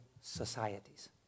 societies